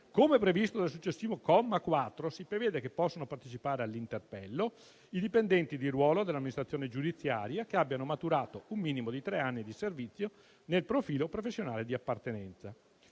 Come previsto dal successivo comma 4, si prevede che possano partecipare all'interpello i dipendenti di ruolo dell'amministrazione giudiziaria che abbiano maturato un minimo di tre anni di servizio nel profilo professionale di appartenenza.